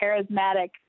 charismatic